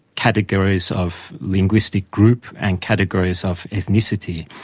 categories of linguistic group, and categories of ethnicity.